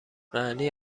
معنی